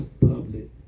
public